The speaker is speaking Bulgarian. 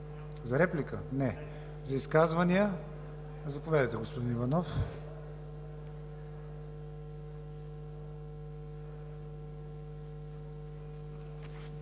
Изказвания? Заповядайте, господин Иванов.